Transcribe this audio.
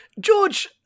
George